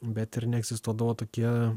bet ir neegzistuodavo tokie